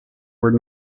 were